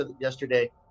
yesterday